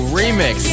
remix